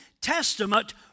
Testament